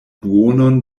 duonon